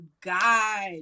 god